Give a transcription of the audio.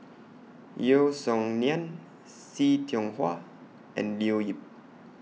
Yeo Song Nian See Tiong Wah and Leo Yip